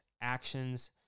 actions